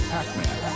Pac-Man